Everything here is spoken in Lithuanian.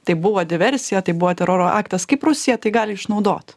tai buvo diversija tai buvo teroro aktas kaip rusija tai gali išnaudot